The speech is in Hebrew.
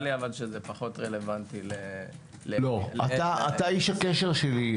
אדוני נציג משרד התחבורה, אתה איש הקשר שלי.